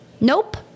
Nope